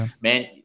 man